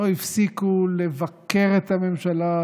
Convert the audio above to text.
לא הפסיקו לבקר את הממשלה,